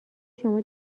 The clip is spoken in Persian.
شما